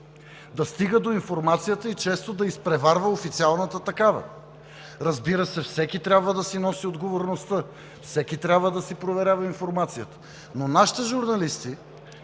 да стига до информацията и често да изпреварва официалната такава. Разбира се, всеки трябва да си носи отговорността, всеки трябва да си проверява информацията, но нашите журналисти